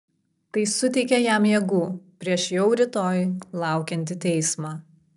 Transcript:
tai suteikia jam jėgų prieš jau rytoj laukiantį teismą